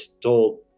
told